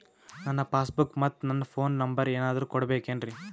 ನನ್ನ passbook ಮತ್ ನನ್ನ ಫೋನ್ ನಂಬರ್ ಏನಾದ್ರು ಕೊಡಬೇಕೆನ್ರಿ?